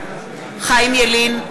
חיים ילין,